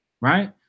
right